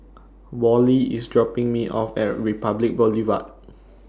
Wally IS dropping Me off At Republic Boulevard